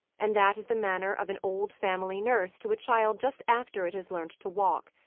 and that is the manner of an old family nurse to a child just after it has learnt to walk.